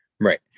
Right